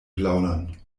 plaudern